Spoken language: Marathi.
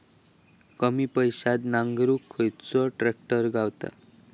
कमी पैशात नांगरुक खयचो ट्रॅक्टर गावात?